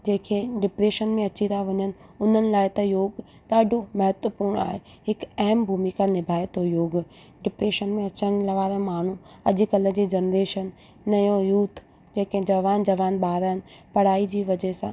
जंहिंखें डिप्रेशन में अची था वञनि उन्हनि लाइ त योग ॾाढो महत्वपूर्ण आहे हिकु अहम भूमिका निभाए थो योगु डिप्रेशन में अचण वारे माण्हू अॼुकल्ह जी जनरेशन नयों यूथ जेके जवान जवान ॿार आहिनि पढ़ाई जी वजह सां